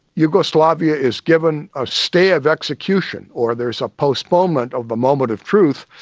yugoslavia is given a stay of execution, or there's a postponement of the moment of truth,